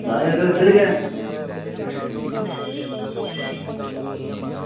बस यरो इद्धर गै